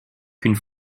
qu’une